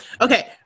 Okay